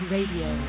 Radio